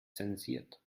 zensiert